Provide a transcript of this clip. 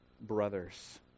brothers